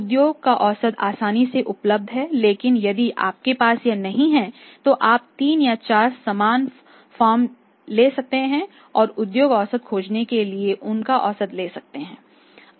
उद्योग का औसत आसानी से उपलब्ध है लेकिन यदि आपके पास यह नहीं है तो आप तीन या चार समान फर्म ले सकते हैं और उद्योग औसत खोजने के लिए उनका औसत ले सकते हैं